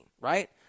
right